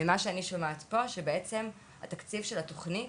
ומה שאני שומעת פה זה שבעצם התקציב של התוכנית